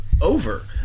over